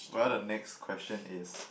well the next question is